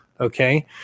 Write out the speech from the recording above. Okay